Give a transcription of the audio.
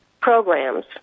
programs